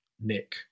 Nick